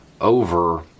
over